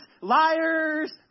liars